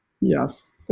Yes